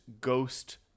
ghost